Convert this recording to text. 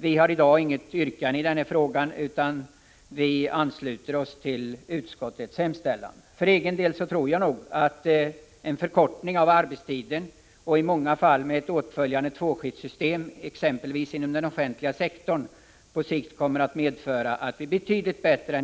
Vi har i dag inget yrkande i denna fråga utan ansluter oss till utskottets hemställan. För egen del tror jag att en förkortning av arbetstiden och ett åtföljande tvåskiftssystem exempelvis inom den offentliga sektorn på sikt skulle medföra ett betydligt bättre